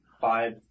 five